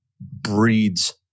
breeds